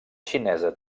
xinesa